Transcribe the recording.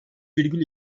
virgül